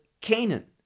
Canaan